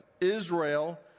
Israel